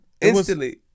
instantly